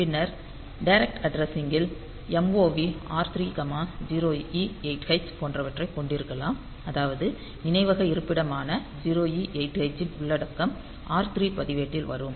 பின்னர் direct addressing ல் MOV R30E8h போன்றவற்றைக் கொண்டிருக்கலாம் அதாவது நினைவக இருப்பிடமான 0E8h இன் உள்ளடக்கம் R3 பதிவேட்டில் வரும்